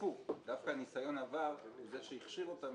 דווקא ניסיון העבר הוא זה שהכשיר אותם